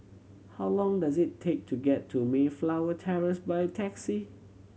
how long does it take to get to Mayflower Terrace by taxi